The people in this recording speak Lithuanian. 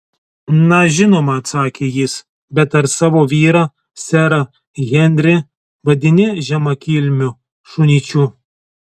na žinoma atsakė jis bet ar savo vyrą serą henrį vadini žemakilmiu šunyčiu